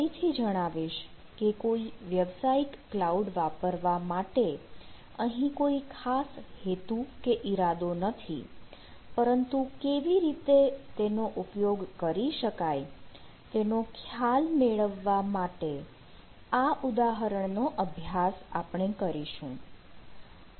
ફરીથી જણાવીશ કે કોઈ વ્યાવસાયિક ક્લાઉડ વાપરવા માટે અહીં કોઈ ખાસ હેતુ કે ઈરાદો નથી પરંતુ કેવી રીતે તેનો ઉપયોગ કરી શકાય તેનો ખ્યાલ મેળવવા માટે આ ઉદાહરણ નો અભ્યાસ કરીશું